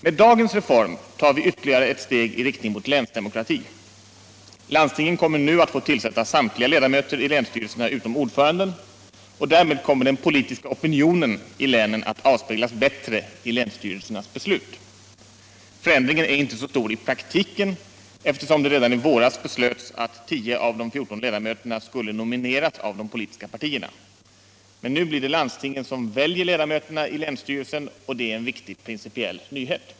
Med dagens reform tar vi ytterligare ett steg i riktning mot länsdemokrati. Landstingen kommer nu att få tillsätta samtliga ledamöter i länsstyrelserna utom ordföranden, och därmed kommer den politiska opinionen i länen att avspeglas bättre i länsstyrelsernas beslut. Förändringen blir inte så stor i praktiken, eftersom det redan i våras beslöts att tio av de fjorton ledamöterna skulle nomineras av de politiska partierna. Men nu blir det landstingen som väljer ledamöterna i länsstyrelsen, och det är en viktig principiell nyhet.